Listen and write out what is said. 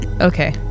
Okay